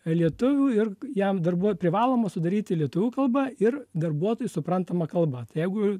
lietuvių ir jam dar buvo privaloma sudaryti lietuvių kalba ir darbuotojui suprantama kalba tai jeigu